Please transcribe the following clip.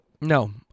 No